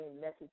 message